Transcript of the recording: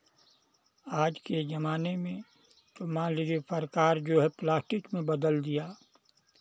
आज के ज़माने में मान लीजिये सरकार जो है प्लास्टिक में बदल दिया